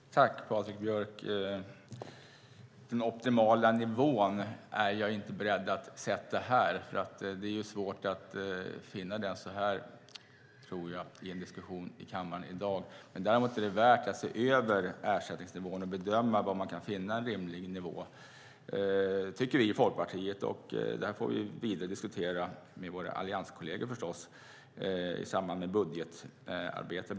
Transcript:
Fru talman! Jag är inte beredd att sätta den optimala nivån här, Patrik Björck. Jag tror att det är svårt att finna den i en diskussion i kammaren i dag. Däremot är det värt att se över ersättningsnivån och bedöma var en rimlig nivå kan ligga. Det tycker vi i Folkpartiet, och vi får diskutera det vidare med våra allianskolleger, bland annat i samband med budgetarbetet.